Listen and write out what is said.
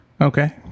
Okay